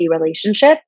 relationship